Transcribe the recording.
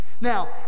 Now